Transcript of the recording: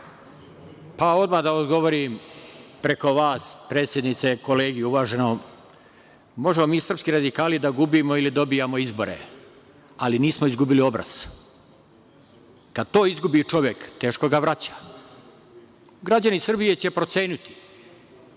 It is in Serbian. Odmah da odgovorim preko vas, predsednice, kolegi uvaženom. Možemo mi srpski radikali da gubimo ili dobijamo izbore, ali nismo izgubili obraz. Kada to izgubi čovek, teško ga vraća. Građani Srbije će proceniti